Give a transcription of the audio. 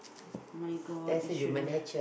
my-god